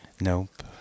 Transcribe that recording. nope